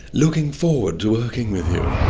looking forward to working with you.